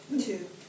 Two